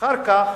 אחר כך